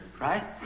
right